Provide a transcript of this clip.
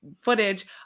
footage